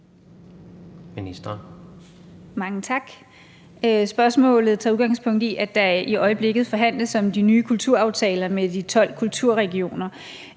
Mogensen): Mange tak. Spørgsmålet tager udgangspunkt i, at der i øjeblikket forhandles om de nye kulturaftaler med de 12 kulturregioner.